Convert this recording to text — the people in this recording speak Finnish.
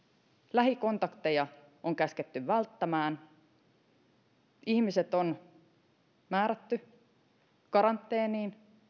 lähikontakteja on käsketty välttämään ihmiset on määrätty karanteeniin